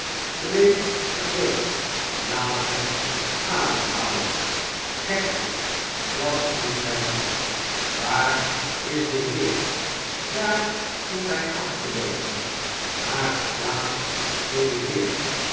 treedt terug laat hem ademhalen gekheid dat verdient hij niet waar is de heer daar komt hij aangeloopen maakt plaats voor den heer